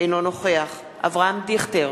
אינו נוכח אברהם דיכטר,